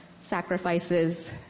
sacrifices